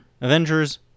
Avengers